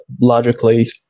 logically